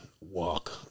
walk